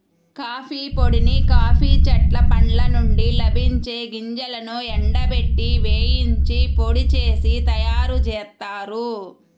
coffee పొడిని coffee చెట్ల పండ్ల నుండి లభించే గింజలను ఎండబెట్టి, వేయించి పొడి చేసి తయ్యారుజేత్తారు